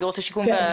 כן.